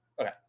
okay